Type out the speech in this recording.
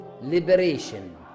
liberation